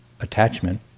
attachment